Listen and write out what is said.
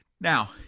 Now